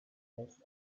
rest